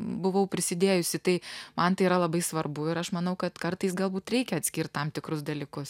buvau prisidėjusi tai man tai yra labai svarbu ir aš manau kad kartais galbūt reikia atskirt tam tikrus dalykus